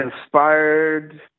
inspired